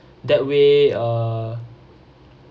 that way uh